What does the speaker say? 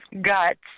guts